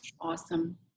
Awesome